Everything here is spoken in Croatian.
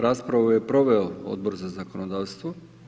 Raspravu je proveo Odbor za zakonodavstvo.